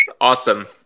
awesome